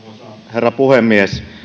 herra puhemies